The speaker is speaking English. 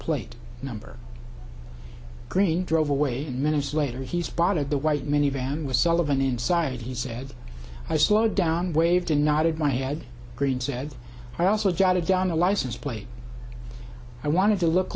plate number green drove away minutes later he spotted the white minivan with sullivan inside he said i slowed down waved and nodded my head green said i also jotted down the license plate i wanted to look